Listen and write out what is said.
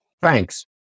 Thanks